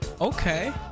Okay